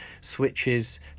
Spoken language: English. switches